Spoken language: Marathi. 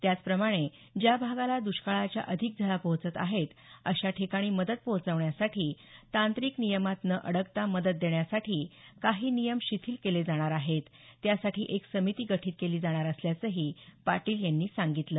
त्याचप्रमाणे ज्या भागाला दष्काळाच्या अधिक झळा पोहचत आहेत अशा ठिकाणी मदत पोचवण्यासाठी तांत्रिक नियमात न अडकता मदत देण्यासाठी काही नियम शिथिल केले जाणार आहेत त्यासाठी एक समिती गठित केली जाणार असल्याचंही पाटील यांनी सांगितलं